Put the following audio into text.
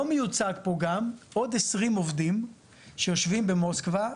לא מיוצג פה גם עוד 20 עובדים שיושבים במוסקבה,